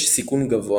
יש סיכון גבוה